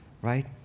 Right